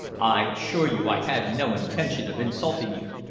i assure you i had no intention of insulting you.